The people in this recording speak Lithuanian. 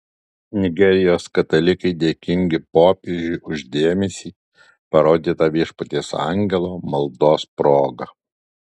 nigerijos katalikai dėkingi popiežiui už dėmesį parodytą viešpaties angelo maldos proga